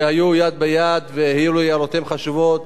שהיו יד ביד, והעירו הערותיהם החשובות